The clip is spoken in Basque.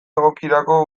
egokirako